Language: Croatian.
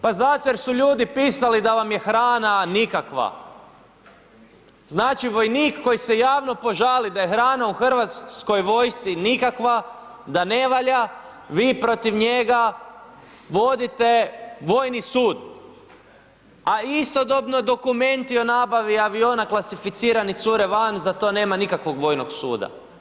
Pa zato jer su ljudi pisali da vam je hrana nikakva, znači vojnik koji se javno požali da je hrana u Hrvatskoj vojsci nikakva, da ne valja, vi protiv njega vodite Vojni sud, a istodobno dokumenti o nabavi aviona klasificirani cure van, za to nema nikakvog Vojnog suda.